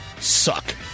suck